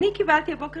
אני קיבלתי הבוקר